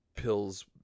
pills